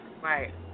Right